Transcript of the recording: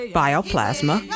bioplasma